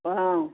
ಹ್ಞೂ